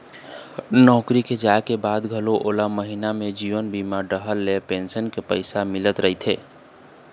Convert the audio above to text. नौकरी के जाए के बाद घलोक ओला महिना म जीवन बीमा डहर ले पेंसन के पइसा मिलत रहिथे